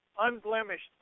unblemished